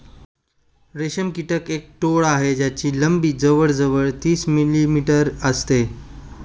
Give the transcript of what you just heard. रेशम कीटक एक टोळ आहे ज्याची लंबी जवळ जवळ तीस मिलीमीटर असते